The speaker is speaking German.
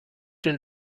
den